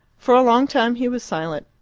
for a long time he was silent.